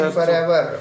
forever